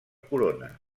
corona